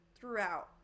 throughout